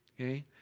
okay